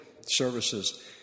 services